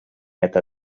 это